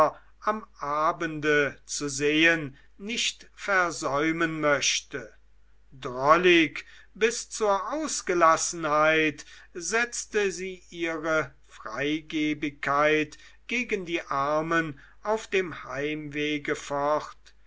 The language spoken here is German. am abende zu sehen nicht versäumen möchte drollig bis zur ausgelassenheit setzte sie ihre freigebigkeit gegen die armen auf dem heimwege fort